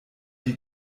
die